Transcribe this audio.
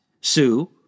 Sue